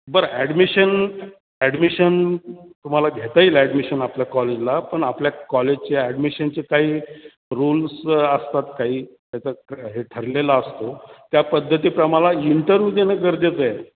बरं admission admission तुम्हाला घेता येईल ॲडमिशन आपल्या कॉलेजला पण आपल्या कॉलेजचे ॲडमिशनचे काही रूल्स असतात काही त्याचा ठ हे ठरलेला असतो त्या पद्धतीप्रमाला इंटरव्ह्यू देणं गरजेचं आहे